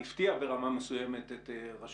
יכולים לשמש בעתיד או נדרש שישמשו בעתיד לגבי תהליכים